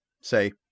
say